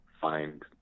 find